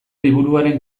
liburuaren